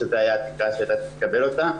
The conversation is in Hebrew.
שזה היה התקרה שהיית צריך לקבל אותה.